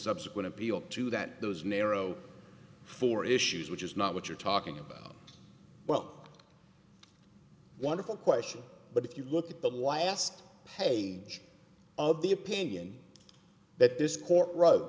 subsequent appeal to that those narrow four issues which is not what you're talking about well wonderful question but if you look at that why i asked page of the opinion that this court wrote